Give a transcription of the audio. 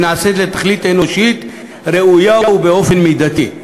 היא נעשית לתכלית אנושית ראויה ובאופן מידתי.